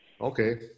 Okay